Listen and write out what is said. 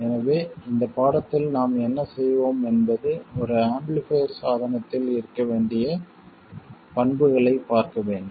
எனவே இந்த பாடத்தில் நாம் என்ன செய்வோம் என்பது ஒரு ஆம்பிளிஃபைர் சாதனத்தில் இருக்க வேண்டிய பண்புகளைப் பார்க்க வேண்டும்